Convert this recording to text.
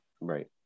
Right